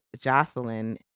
Jocelyn